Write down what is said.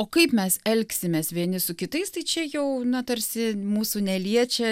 o kaip mes elgsimės vieni su kitais tai čia jau na tarsi mūsų neliečia